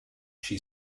she